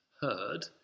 heard